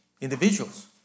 individuals